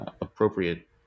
appropriate